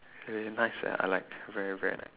eh nice sia I like very very